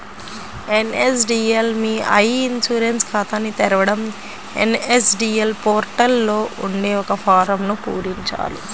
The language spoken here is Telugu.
ఎన్.ఎస్.డి.ఎల్ మీ ఇ ఇన్సూరెన్స్ ఖాతాని తెరవడం ఎన్.ఎస్.డి.ఎల్ పోర్టల్ లో ఉండే ఒక ఫారమ్ను పూరించాలి